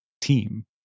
team